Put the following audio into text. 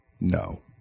no